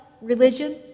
religion